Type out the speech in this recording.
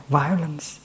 violence